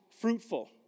fruitful